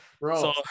Bro